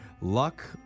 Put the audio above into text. luck